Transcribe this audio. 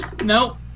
Nope